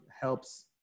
helps